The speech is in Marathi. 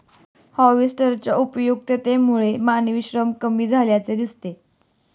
हार्वेस्टरच्या उपयुक्ततेमुळे मानवी श्रम कमी असल्याचे दिसते